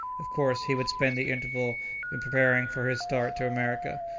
of course, he would spend the interval in preparing for his start to america,